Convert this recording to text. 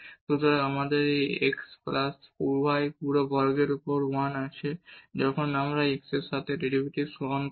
সুতরাং আমাদের এই x প্লাস y পুরো বর্গের উপর 1 আছে এবং যখন আমরা x এর সাথে ডেরিভেটিভ গ্রহণ করি